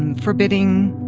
forbidding,